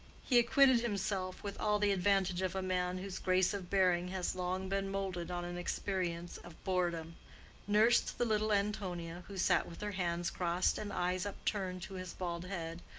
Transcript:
he acquitted himself with all the advantage of a man whose grace of bearing has long been moulded on an experience of boredom nursed the little antonia, who sat with her hands crossed and eyes upturned to his bald head,